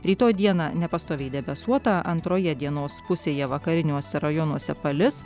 rytoj dieną nepastoviai debesuota antroje dienos pusėje vakariniuose rajonuose palis